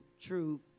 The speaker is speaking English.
true